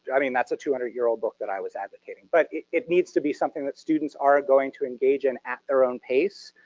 i mean that's a two hundred year-old-book that i was advocating, but it it needs to be something that students are going to engage in at their own pace.